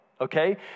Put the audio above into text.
okay